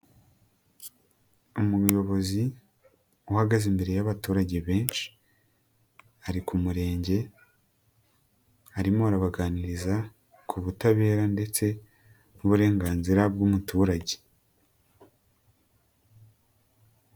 Umuyobozi uhagaze imbere y'abaturage benshi, ari ku murenge, arimo arabaganiriza ku butabera ndetse n'uburenganzira bw'umuturage.